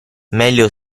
meglio